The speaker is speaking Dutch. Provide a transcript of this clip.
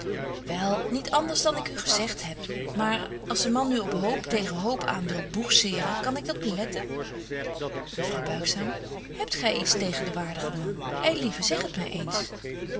wel niet anders dan ik u gezegt heb maar als de man nu op hoop tegen hoop aan wil boegzeeren kan ik dat beletten juffrouw buigzaam hebt gy iets tegen den waardigen man ei lieve zeg het my eens